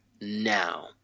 now